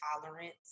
tolerance